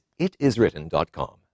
itiswritten.com